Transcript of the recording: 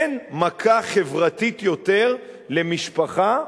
אין מכה חברתית יותר למשפחה,